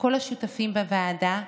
ולכל השותפים בוועדה.